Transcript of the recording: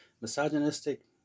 misogynistic